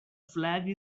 flag